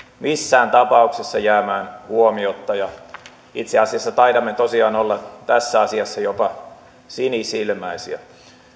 missään tapauksessa jäämään huomiotta itse asiassa taidamme tosiaan olla tässä asiassa jopa sinisilmäisiä